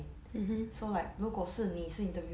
mmhmm